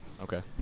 Okay